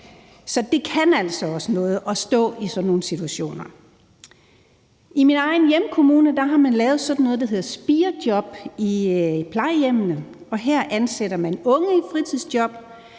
Så det kan altså også noget at stå i sådan nogle situationer. I min egen hjemkommune har man lavet sådan noget, der hedder spirejob, i plejehjemmene, og her ansætter man unge i fritidsjob.